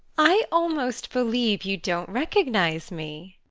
i almost believe you don't recognise me!